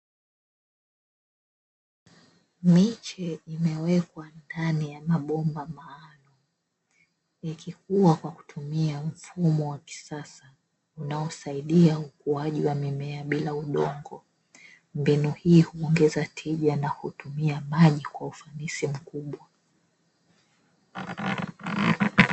Miche imewekwa ndani ya mabomba maalumu, ikikua kwa kutumia mfumo wa kisasa unaosaidia ukuaji wa mimea bila ya udongo. Mbinu hii huongeza tija na hutumia maji kwa ufanisi mkubwa.